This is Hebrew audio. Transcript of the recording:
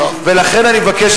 ולכן אני מבקש,